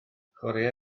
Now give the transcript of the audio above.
chwaraea